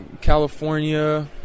California